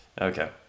okay